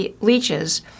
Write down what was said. leeches